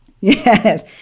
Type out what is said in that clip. Yes